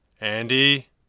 Andy